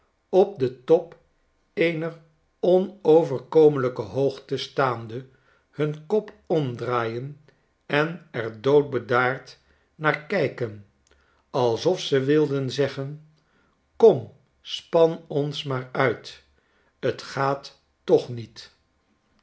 op den top eener onoverkomelijke hoogte staande hun kop pmdraaien en er doodbedaard naar kijken alsof ze wilden zeggen kom span ons maar uit t g-aat toch niet